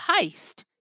heist